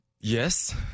Yes